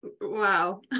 Wow